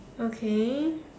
okay